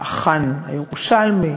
"החאן הירושלמי",